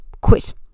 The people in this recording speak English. quit